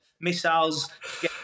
missiles